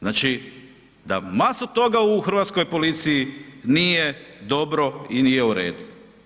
Znači da masu toga u hrvatskoj policiji nije dobro i nije u redu.